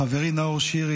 חברי נאור שירי,